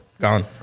gone